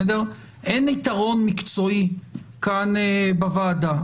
אין יתרון מקצועי כאן בוועדה.